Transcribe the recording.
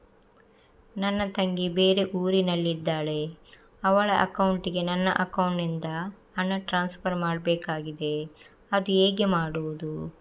ನನ್ನ ತಂಗಿ ಬೇರೆ ಊರಿನಲ್ಲಿದಾಳೆ, ಅವಳ ಅಕೌಂಟಿಗೆ ನನ್ನ ಅಕೌಂಟಿನಿಂದ ಹಣ ಟ್ರಾನ್ಸ್ಫರ್ ಮಾಡ್ಬೇಕಾಗಿದೆ, ಅದು ಹೇಗೆ ಮಾಡುವುದು?